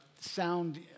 sound